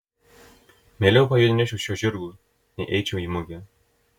mieliau pajodinėčiau šiuo žirgu nei eičiau į mugę